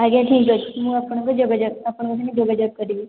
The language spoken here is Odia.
ଆଜ୍ଞା ଠିକ୍ ଅଛି ମୁଁ ଆପଣଙ୍କୁ ଆପଣଙ୍କ ସହ ଯୋଗାଯୋଗ କରିବି